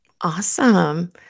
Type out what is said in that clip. Awesome